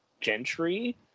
Gentry